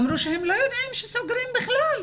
אמרו שהם לא יודעים שסוגרים בכלל,